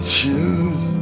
choose